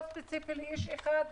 לא ספציפי לאיש אחד,